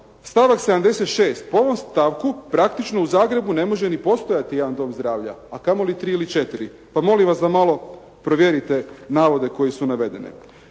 stavak 76. Po ovom stavku praktično u Zagrebu ne može ni postojati jedan dom zdravlja, a kamoli tri ili četiri, pa molim vas da malo provjerite navode koji su navedeni.